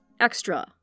Extra